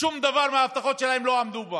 בשום דבר מההבטחות שלהם הם לא עמדו.